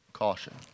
caution